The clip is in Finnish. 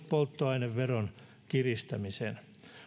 polttoaineveron kiristämisen